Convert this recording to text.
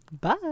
Bye